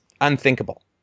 unthinkable